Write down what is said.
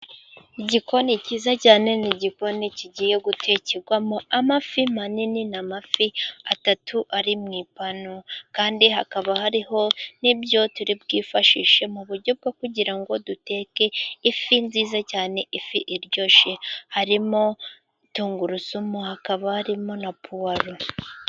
Igikoni cyiza cyane, ni igikoni kigiye gutekerwamo amafi manini, ni amafi atatu ari mu ipanu, kandi hakaba hariho n'ibyo turi bwifashishe, mu buryo bwo kugira ngo duteke ifi nziza cyane, ifi iryoshye, harimo tungurusumu hakaba harimo na puwalo.